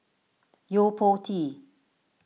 Yo Po Tee